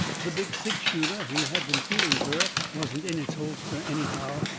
the big six-shooter he had been feeling fur wasn't in its holster, anyhow.